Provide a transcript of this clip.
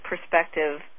perspective